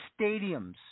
stadiums